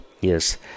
yes